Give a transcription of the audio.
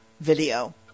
video